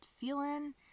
feeling